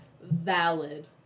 Valid